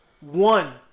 One